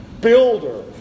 builder